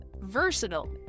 versatile